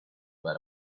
bat